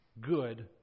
good